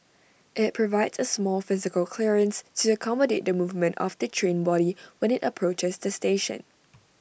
IT provides A small physical clearance to accommodate the movement of the train body when IT approaches the station